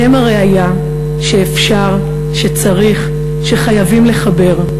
הם הראיה שאפשר, שצריך, שחייבים לחבר.